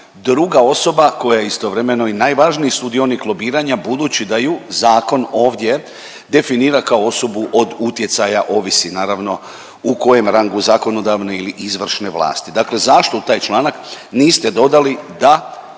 druga osoba koja je istovremeno i najvažniji sudionik lobiranja budući da ju zakon ovdje definira kao osobu od utjecaja. Ovisi naravno u kojem rangu, zakonodavne ili izvršne vlasti. Dakle zašto u taj članak niste dodali da